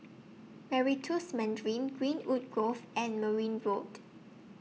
Meritus Mandarin Greenwood Grove and Merryn Road